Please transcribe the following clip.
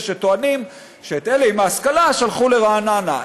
שטוענים שאת אלה עם ההשכלה שלחו לרעננה,